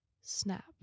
snap